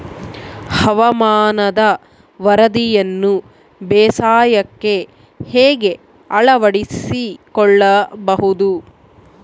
ಹವಾಮಾನದ ವರದಿಯನ್ನು ಬೇಸಾಯಕ್ಕೆ ಹೇಗೆ ಅಳವಡಿಸಿಕೊಳ್ಳಬಹುದು?